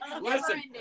Listen